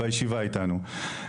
בישיבה איתנו.